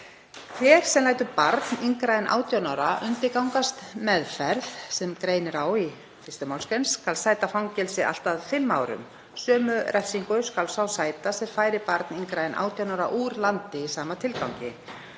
Hver sem lætur barn yngra en 18 ára undirgangast meðferð sem greinir í 1. mgr. skal sæta fangelsi allt að 5 árum. Sömu refsingu skal sá sæta sem færir barn yngra en 18 ára úr landi í sama tilgangi.